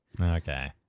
Okay